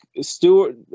Stewart